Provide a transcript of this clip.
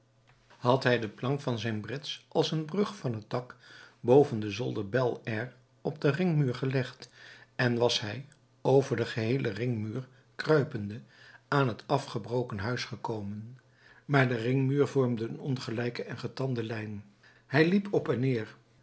hij de plank van zijn brits als een brug van het dak boven den zolder bel air op den ringmuur gelegd en was hij over den geheelen ringmuur kruipende aan het afgebroken huis gekomen maar de ringmuur vormde een ongelijke en getande lijn hij liep op en neer